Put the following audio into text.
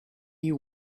you